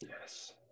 Yes